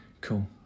Cool